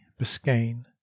biscayne